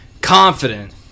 confident